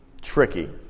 tricky